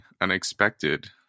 unexpected